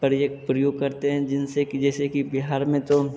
प्रयोग प्रयोग करते हैं जिन से कि जैसे कि बिहार में तो